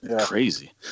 Crazy